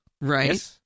Right